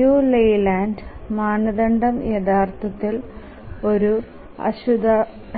Liu Layland മാനദണ്ഡം യഥാർത്ഥത്തിൽ ഒരു